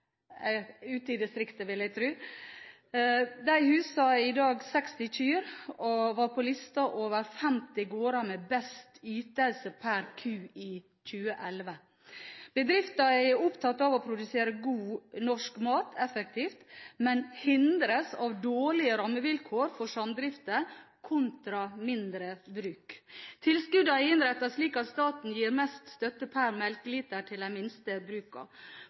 ute i distriktet, vil jeg tro – huser i dag 60 kyr, og var på listen over de 50 gårdene med best ytelse per ku i 2011. Bedriften er opptatt av å produsere god norsk mat effektivt, men hindres av dårlige rammevilkår for samdrifter kontra mindre bruk. Tilskuddene er innrettet slik at staten gir mest støtte per melkeliter til de minste